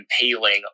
impaling